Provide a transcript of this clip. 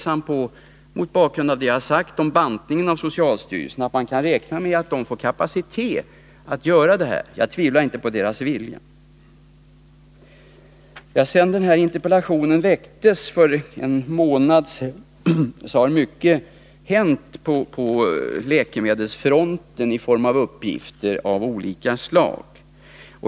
Jag är, mot bakgrund av vad jag sagt om bantningen av socialstyrelsen, tveksam när det gäller dess kapacitet att göra något åt det här problemet — jag tvivlar inte på viljan. Sedan interpellationen väcktes för en månad sedan har mycket hänt på läkemedelsfronten. Det har kommit uppgifter av olika slag.